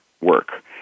work